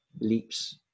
leaps